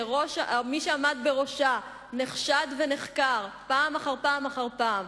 שמי שעמד בראשה נחשד ונחקר פעם אחר פעם אחר פעם,